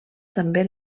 també